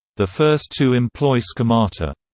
the first two employ schemata.